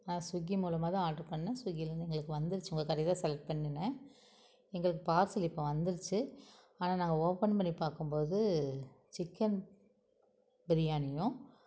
ஆ Swiggy மூலமாக தான் order பண்ணேன் ஸ்விகியிலேருந்து எங்களுக்கு வந்துருச்சு உங்கள் கடையை தான் செலக்ட் பண்ணுனேன் எங்களுக்கு பார்சல் இப்போ வந்துருச்சு ஆனால் நாங்கள் ஓப்பன் பண்ணி பார்க்கும்போது சிக்கன் பிரியாணியும்